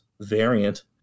variant